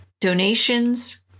donations